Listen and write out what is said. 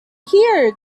here